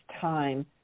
time